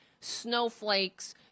snowflakes